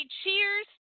cheers